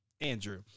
Andrew